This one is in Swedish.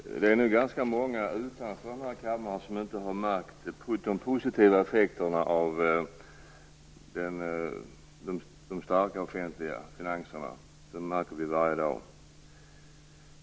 Herr talman! Det är nog ganska många utanför denna kammare som inte har märkt de positiva effekterna av de starka offentliga finanserna. Det märker vi ju varje dag.